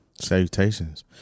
Salutations